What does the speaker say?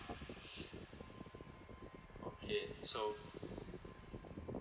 okay so